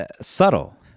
subtle